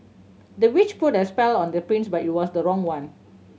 the witch put a spell on the prince but it was the wrong one